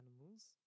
animals